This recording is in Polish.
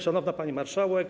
Szanowna Pani Marszałek!